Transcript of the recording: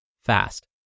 fast